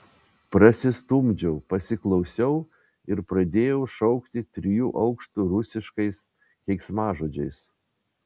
prasistumdžiau pasiklausiau ir pradėjau šaukti trijų aukštų rusiškais keiksmažodžiais